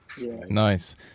nice